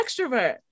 extrovert